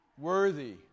worthy